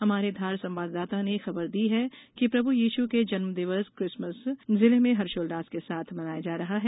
हमारे धार संवाददाता ने खबर दी है कि प्रभू यीशु के जन्मदिवस किसमस जिले में हर्षोल्लास के साथ मनाया जा रहा है